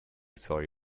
sorry